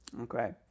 Okay